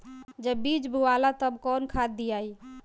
जब बीज बोवाला तब कौन खाद दियाई?